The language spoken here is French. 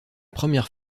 première